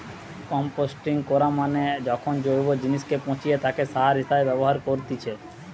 composting করা মানে যখন জৈব জিনিসকে পচিয়ে তাকে সার হিসেবে ব্যবহার করেতিছে